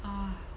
uh